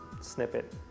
snippet